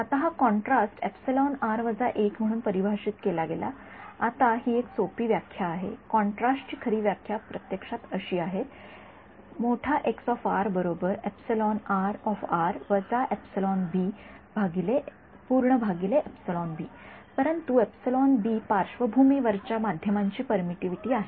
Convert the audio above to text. आता हा कॉन्ट्रास्ट म्हणून परिभाषित केला गेला आता ही एक सोपी व्याख्या आहे कॉन्ट्रास्टची खरी व्याख्या प्रत्यक्षात अशी आहे परंतु पार्श्वभूमी वरच्या माध्यमांची परमिटिव्हिटी आहे